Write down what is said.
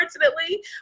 unfortunately